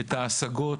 את ההשגות